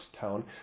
town